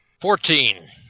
Fourteen